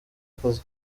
akazi